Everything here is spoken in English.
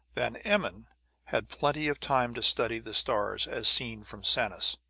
van emmon had plenty of time to study the stars as seen from sanus,